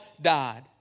died